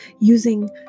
using